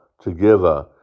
together